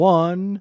one